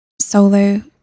solo